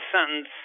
sentence